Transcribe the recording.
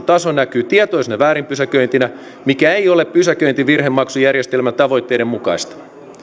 taso näkyy tietoisena väärinpysäköintinä mikä ei ole pysäköintivirhemaksujärjestelmän tavoitteiden mukaista